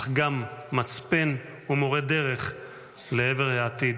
אך גם מצפן ומורה דרך לעבר העתיד.